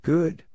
Good